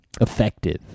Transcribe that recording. effective